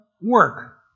work